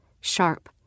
sharp